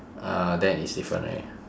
ah then it's different already